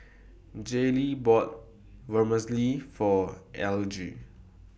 Jaylee bought Vermicelli For Elige